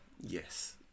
yes